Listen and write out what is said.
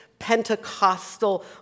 Pentecostal